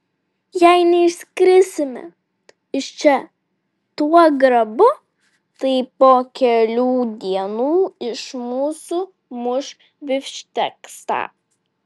jei neišskrisime iš čia tuo grabu tai po kelių dienų iš mūsų muš bifšteksą